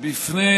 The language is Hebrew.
בפני